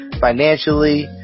financially